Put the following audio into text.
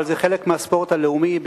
אבל זה חלק מהספורט הלאומי,